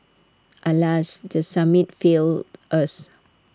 alas the summit failed us